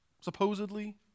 supposedly